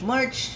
March